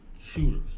shooters